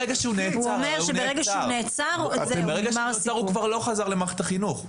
ברגע שהוא נעצר הוא כבר לא חזר למערכת החינוך.